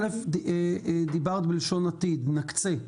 א', דיברת בלשון עתיד, "נקצה".